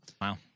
Wow